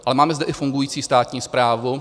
Ale máme zde i fungující státní správu.